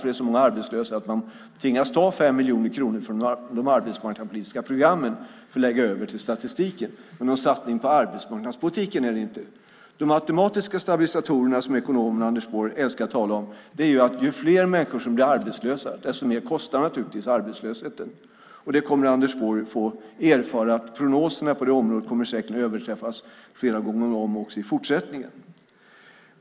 Det är så många arbetslösa att man tvingas ta 5 miljoner kronor från de arbetsmarknadspolitiska programmen och lägga över till statistiken. Men någon satsning på arbetsmarknadspolitiken är det inte. De automatiska stabilisatorerna, som ekonomen Anders Borg älskar att tala om, handlar om att ju fler människor som blir arbetslösa, desto mer kostar arbetslösheten. Anders Borg kommer säkert att få erfara att prognoserna på det området överträffas flera gånger om också i fortsättningen.